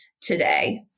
today